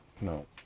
No